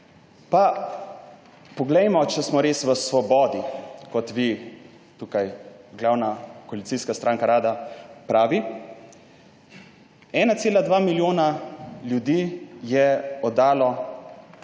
Pa poglejmo, če smo res v svobodi, kot vi, tukaj glavna koalicijska stranka, radi pravite. 1,2 milijona ljudi je oddalo